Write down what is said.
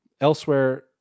Elsewhere